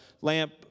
lamp